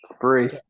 free